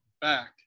back